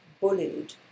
bullied